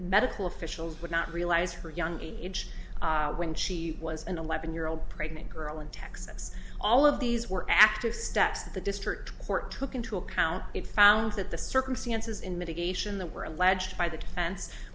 medical officials would not realize her young age when she was an eleven year old pregnant girl in texas all of these were active steps that the district court took into account it found that the circumstances in mitigation that were alleged by the defen